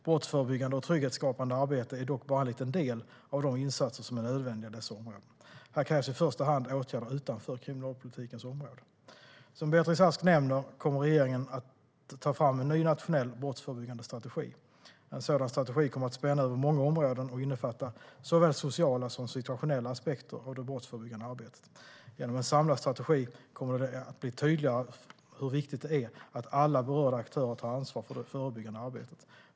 Brottsförebyggande och trygghetsskapande arbete är dock bara en liten del av de insatser som är nödvändiga i dessa områden. Här krävs i första hand åtgärder utanför kriminalpolitikens område. Som Beatrice Ask nämner kommer regeringen att ta fram en ny nationell brottförebyggande strategi. En sådan strategi kommer att spänna över många områden och innefatta såväl sociala som situationella aspekter av det brottsförebyggande arbetet. Genom en samlad strategi kommer det att bli tydligare hur viktigt det är att alla berörda aktörer tar ansvar för det förebyggande arbetet.